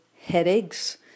headaches